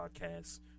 Podcast